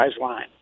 line